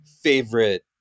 favorite